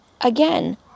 again